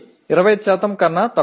இது 25 க்கும் குறைவு